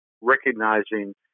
recognizing